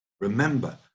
Remember